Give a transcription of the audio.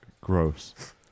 gross